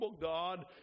God